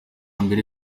mbere